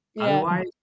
Otherwise